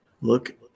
Look